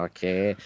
Okay